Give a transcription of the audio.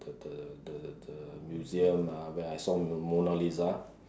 the the the the museum uh where I saw Mona-Lisa